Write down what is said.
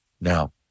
now